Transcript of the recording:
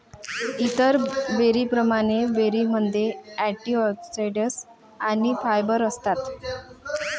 इतर बेरींप्रमाणे, बेरीमध्ये अँटिऑक्सिडंट्स आणि फायबर असतात